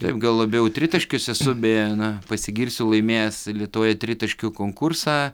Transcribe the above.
taip gal labiau tritaškius esu beje na pasigirsiu laimėjęs lietuvoje tritaškių konkursą